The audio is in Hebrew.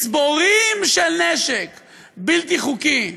מצבורים של נשק בלתי חוקי.